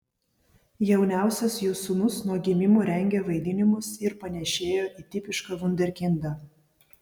jauniausias jų sūnus nuo gimimo rengė vaidinimus ir panėšėjo į tipišką vunderkindą